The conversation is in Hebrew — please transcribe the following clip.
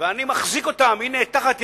ואני מחזיק אותם, הנה, תחת ידי,